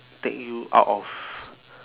take you out of